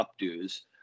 updo's